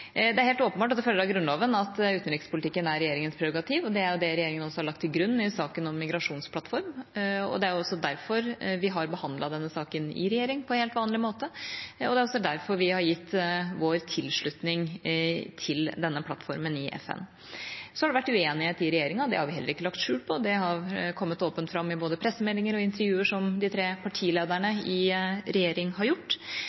Det er helt åpenbart at det følger av Grunnloven at utenrikspolitikken er regjeringens prerogativ, og det er jo også det regjeringa har lagt til grunn i saken om migrasjonsplattform. Det er derfor vi har behandlet denne saken i regjeringa på helt vanlig måte, og det er derfor vi har gitt vår tilslutning til denne plattformen i FN. Så har det vært uenighet i regjeringa. Det har vi heller ikke lagt skjul på, det har kommet åpent fram i både pressemeldinger og intervjuer som de tre partilederne i regjering har gjort.